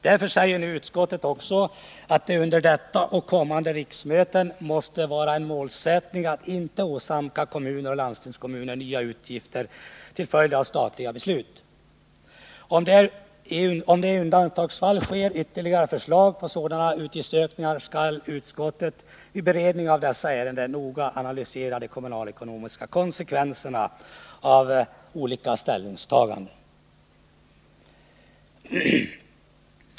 Därför säger nu utskottet att det under detta och kommande riksmöten måste vara en målsättning att inte åsamka kommuner och landstingskommuner nya utgifter till följd av statliga beslut. Om det i undantagsfall läggs fram ytterligare förslag om sådana utgiftsökningar, skall utskottet vid beredning av dessa ärenden noga analysera de kommunalekonomiska konsekvenserna av olika ställningstaganden.